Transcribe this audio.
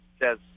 says